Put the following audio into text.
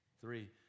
Three